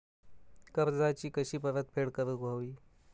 कर्जाची कशी परतफेड करूक हवी?